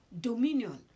dominion